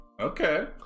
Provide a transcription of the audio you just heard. Okay